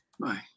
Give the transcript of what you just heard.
Bye